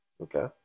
Okay